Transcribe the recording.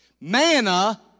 Manna